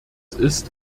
ist